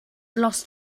lost